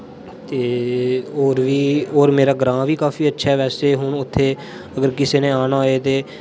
ते होर बी होर मेरा ग्रां बी काफी अच्छा ऐ वैसे हुन उत्थे अगर किसे ने आना होए ते